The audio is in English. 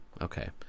Okay